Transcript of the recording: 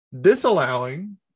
disallowing